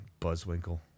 buzzwinkle